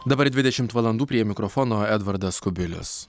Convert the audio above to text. dabar dvidešimt valandų prie mikrofono edvardas kubilius